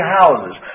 houses